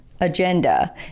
agenda